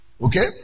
Okay